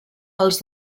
els